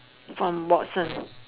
from Watson